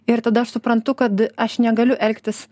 ir tada aš suprantu kad aš negaliu elgtis